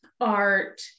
art